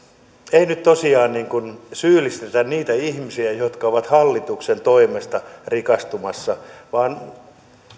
ei nyt tosiaan syyllistetä niitä ihmisiä jotka ovat hallituksen toimesta rikastumassa vaan